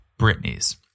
Britney's